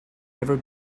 never